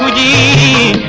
ie